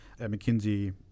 McKinsey